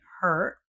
hurt